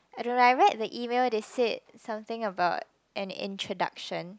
I don't like I read the email they say something about an introduction